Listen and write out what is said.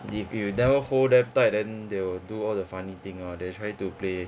if you never hold them tight then they will do all the funny thing [one] they will try to play